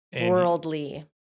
Worldly